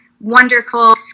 wonderful